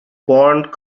pond